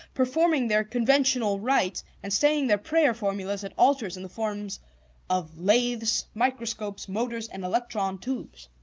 performing their conventional rites and saying their prayer formulas at altars in the forms of lathes, microscopes, motors, and electron-tubes.